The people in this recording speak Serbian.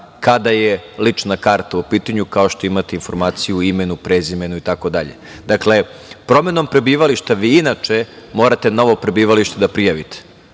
kada je lična karta u pitanju kao što imate informaciju o imenu, prezimenu, itd. Promenom prebivališta vi inače morate novo prebivalište da prijavite.